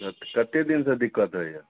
कत कत्ते दिनसँ दिक्कत होइए